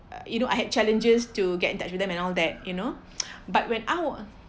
uh you know I had challenges to get in touch with them and all that you know but when out